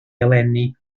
eleni